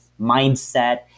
mindset